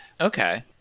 Okay